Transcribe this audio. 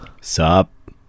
Sup